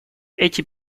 эти